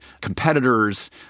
competitors